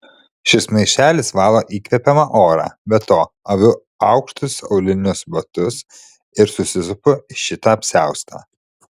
šis maišelis valo įkvepiamą orą be to aviu aukštus aulinius batus ir susisupu į šitą apsiaustą